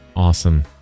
Awesome